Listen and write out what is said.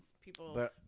people